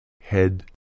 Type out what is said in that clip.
Head